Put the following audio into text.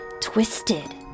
twisted